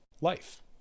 life